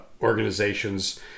organizations